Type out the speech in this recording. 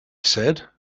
said